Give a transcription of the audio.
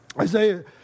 Isaiah